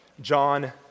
John